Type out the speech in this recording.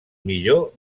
millor